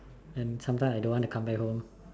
and sometimes I don't want to come back home